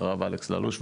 ואחריו אלכס ללוש,